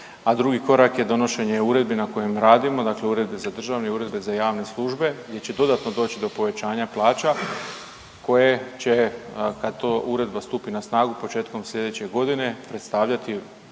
drugi korak je donošenje uredbi na kojem radimo, dakle uredbe za državne uredbe za javne službe gdje će dodatno doći do povećanja plaća koje će kad to uredba stupi na snagu, početkom sljedeće godine predstavljati